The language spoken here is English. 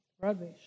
rubbish